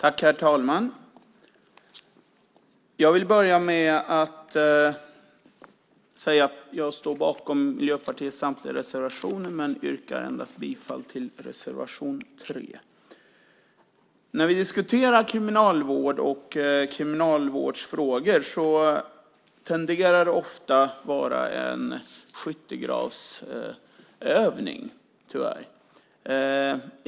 Herr talman! Jag står bakom Miljöpartiets samtliga reservationer, men jag yrkar bifall endast till reservation 3. När vi diskuterar kriminalvård och kriminalvårdsfrågor tenderar det ofta att bli en skyttegravsövning, tyvärr.